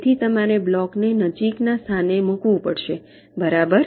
તેથી તમારે બ્લોકને નજીકના સ્થાને મૂકવું પડશે બરાબર